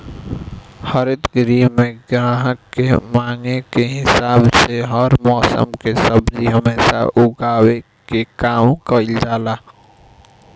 हरित गृह में ग्राहक के मांग के हिसाब से हर मौसम के सब्जी हमेशा उगावे के काम कईल जाला